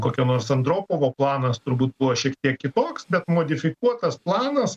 kokio nors andropovo planas turbūt buvo šiek tiek kitoks bet modifikuotas planas